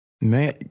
Man